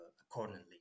accordingly